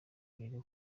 biga